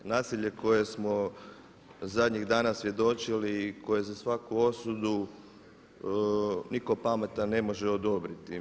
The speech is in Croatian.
Nasilje kojem smo zadnjih danas svjedočili i koje je za svaku osudu nitko pametan ne može odobriti.